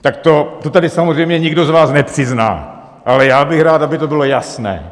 Tak to tady samozřejmě nikdo z vás nepřizná, ale já bych rád, aby to bylo jasné.